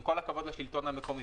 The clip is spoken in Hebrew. עם כל הכבוד לשלטון המקומי,